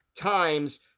times